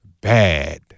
Bad